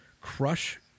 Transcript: Crush